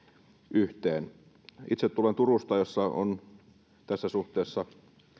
yhteen itse tulen turusta jossa on tässä suhteessa